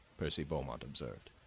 percy beaumont observed.